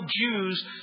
Jews